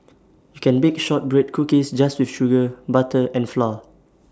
you can bake Shortbread Cookies just with sugar butter and flour